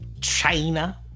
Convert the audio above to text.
China